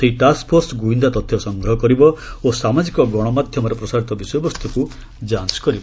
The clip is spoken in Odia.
ସେହି ଟାସ୍କ ଫୋର୍ସ ଗୁଇନ୍ଦା ତଥ୍ୟ ସଂଗ୍ରହ କରିବ ଓ ସାମାଜିକ ଗଶମାଧ୍ୟମରେ ପ୍ରସାରିତ ବିଷୟବସ୍ତୁକ୍ ଯାଞ୍ଚ୍ କରିବ